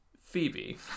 phoebe